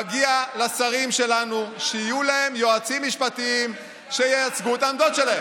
מגיע לשרים שלנו שיהיו להם יועצים משפטיים שייצגו את העמדות שלהם.